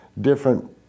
different